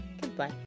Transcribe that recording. goodbye